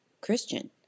Christian